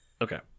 Okay